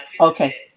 Okay